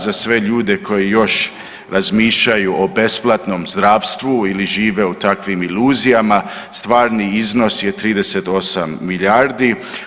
Za sve ljude koji još razmišljaju o besplatnom zdravstvu ili žive u takvim iluzijama stvarni iznos je 38 milijardi.